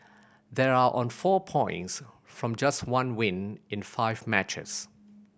they are on four points from just one win in five matches